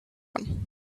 one